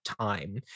time